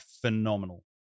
phenomenal